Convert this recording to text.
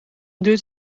duurt